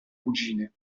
cugine